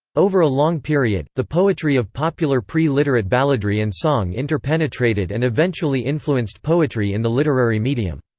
over a long period, the poetry of popular pre-literate balladry and song interpenetrated and eventually influenced poetry in the literary medium.